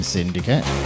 Syndicate